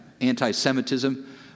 anti-Semitism